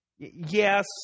Yes